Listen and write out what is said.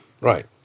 Right